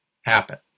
happen